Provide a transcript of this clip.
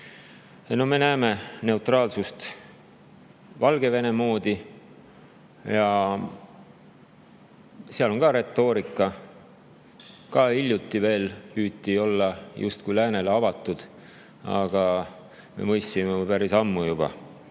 Me näeme neutraalsust Valgevene moodi. Seal on ka retoorika, ka hiljuti veel püüti olla justkui läänele avatud, aga me mõistsime juba päris ammu,